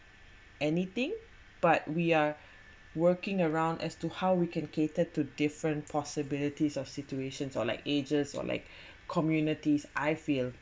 anything but we are working around as to how we can cater to different possibilities of situations or like ages or like communities I feel